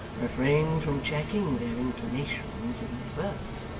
refrain from checking their inclinations in their birth.